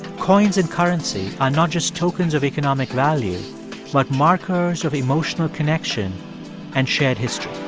coins and currency are not just tokens of economic value but markers of emotional connection and shared history